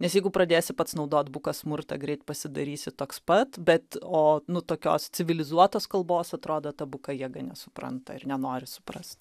nes jeigu pradėsi pats naudot buką smurtą greit pasidarysi toks pat bet o nu tokios civilizuotos kalbos atrodo ta buka jėga nesupranta ir nenori supras